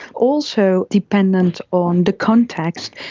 also dependent on the context,